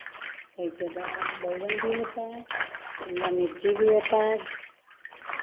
उसके बाद बैंगन भी होता है शिमला मिर्च भी होता है